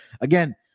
again